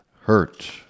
hurt